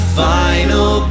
final